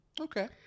Okay